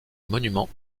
monuments